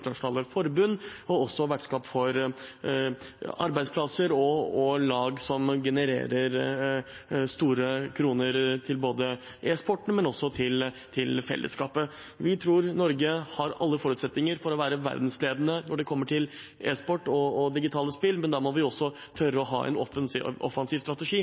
forbund og for arbeidsplasser og lag som genererer store kroner til både e-sporten og til fellesskapet. Vi tror Norge har alle forutsetninger for å være verdensledende innen e-sport og digitale spill, men da må vi også tørre å ha en offensiv strategi.